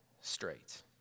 straight